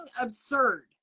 absurd